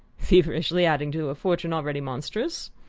feverishly adding to a fortune already monstrous?